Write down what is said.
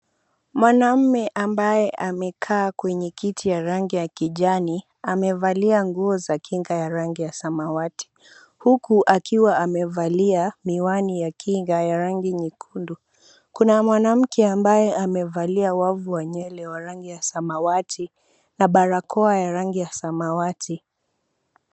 mwanaume ambaye amekaa kwenye kiti ya kijani amevalia nguo ya kinga yenye rangi ya samawat, huku akiwa amevalia miwani ya kinga ya rangi nyekundu. Kuna mwanamke ambaye amevalia wavu ya nywele yenye rangi ya samawati na barakoa ya rangi ya samawati.